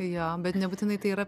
jo bet nebūtinai tai yra